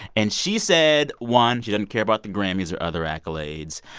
and she said, one, she doesn't care about the grammys or other accolades.